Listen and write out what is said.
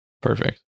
Perfect